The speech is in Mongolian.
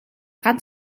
ганц